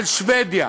על שבדיה,